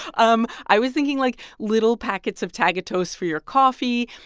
um i was thinking, like, little packets of tagatose for your coffee.